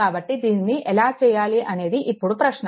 కాబట్టి దీనిని ఎలా చేయాలి అనేది ఇప్పుడు ప్రశ్న